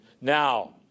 now